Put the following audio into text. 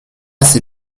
ces